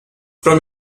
from